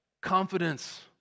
Confidence